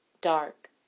dark